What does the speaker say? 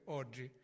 oggi